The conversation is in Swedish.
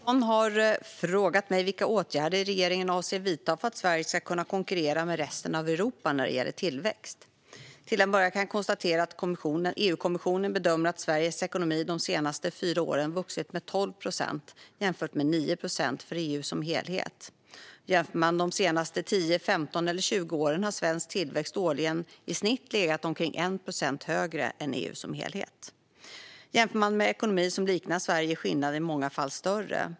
Fru talman! Jan Ericson har frågat mig vilka åtgärder regeringen avser att vidta för att Sverige ska kunna konkurrera med resten av Europa när det gäller tillväxt. Till en början kan jag konstatera att EU-kommissionen bedömer att Sveriges ekonomi de senaste fyra åren vuxit med 12 procent, jämfört med 9 procent för EU som helhet. Jämför man de senaste tio, femton eller tjugo åren har svensk tillväxt årligen, i snitt, legat omkring 1 procentenhet högre än EU som helhet. Jämför man med ekonomier som liknar Sverige är skillnaden i många fall större.